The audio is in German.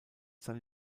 seine